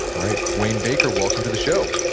alright, wayne baker, welcome to the show.